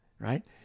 Right